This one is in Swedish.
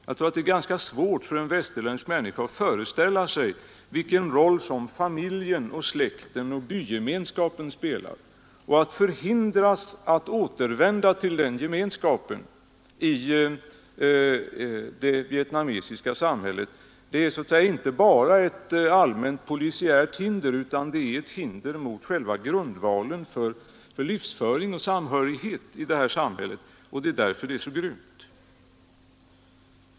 Jag tror det är ganska svårt för en västerlänning att föreställa sig vilken roll familjen, släkten och bygemenskapen spelar där. Att hindras från att återvända till den gemenskapen i det vietnamesiska samhället är inte bara ett allmänt polisiärt hinder, utan det är ett hinder mot själva grundvalen för dessa människors livsföring och samhörighet i samhället. Därför är det så grymt.